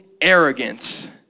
arrogance